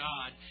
God